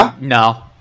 No